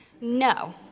no